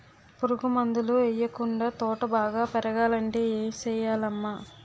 పురుగు మందులు యెయ్యకుండా తోట బాగా పెరగాలంటే ఏ సెయ్యాలమ్మా